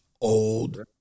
old